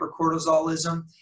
hypercortisolism